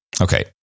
okay